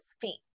feet